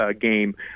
game